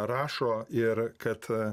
rašo ir kad